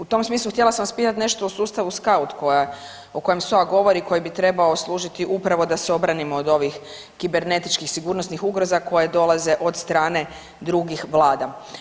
U tom smislu htjela sam vas pitati nešto o sustavu SKAUT o kojem SOA govori, koji bi trebao služiti upravo da obranimo od ovih kibernetičkih sigurnosnih ugroza koje dolaze od strane drugih vlada.